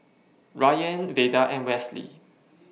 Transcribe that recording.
Rayan Veda and Westley